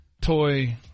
toy